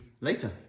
later